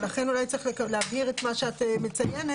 לכן אולי צריך להבהיר את מה שאסנת מציינת,